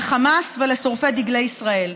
לחמאס ולשורפי דגלי ישראל,